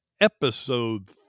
episode